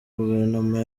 guverinoma